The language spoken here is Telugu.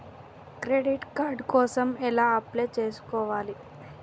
క్రెడిట్ కార్డ్ కోసం ఎలా అప్లై చేసుకోవాలి?